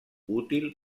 útil